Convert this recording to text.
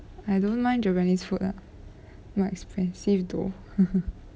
I don't mind japanese food ah but expensive though